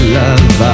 love